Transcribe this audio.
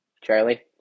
charlie